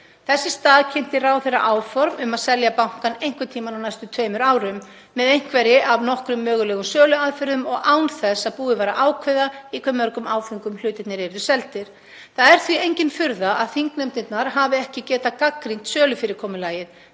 Þess í stað kynnti ráðherra áform um að selja bankann einhvern tímann á næstu tveimur árum með einhverri af nokkrum mögulegum söluaðferðum og án þess að búið væri að ákveða í hve mörgum áföngum hlutirnir yrðu seldir. Það er því engin furða að þingnefndirnar hafi ekki getað gagnrýnt sölufyrirkomulagið,